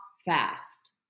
fast